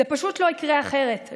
זה פשוט לא יקרה אחרת,